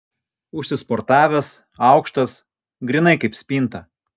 užsisportavęs aukštas grynai kaip spinta